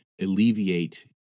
alleviate